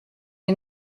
les